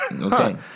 Okay